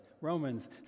Romans